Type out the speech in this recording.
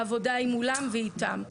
העבודה היא מולם ואיתם.